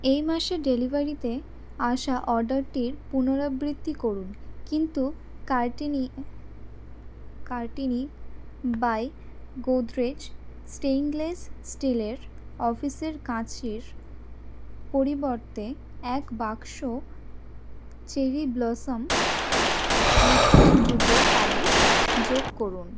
এই মাসে ডেলিভারিতে আসা অর্ডারটির পুনরাবৃত্তি করুন কিন্তু কারটিনি কারটিনি বাই গোদরেজ স্টেইনলেস স্টিলের অফিসের কাঁচির পরিবর্তে এক বাক্স চেরি ব্লসম লিক্যুইড জুতোর পালিশ যোগ করুন